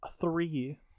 three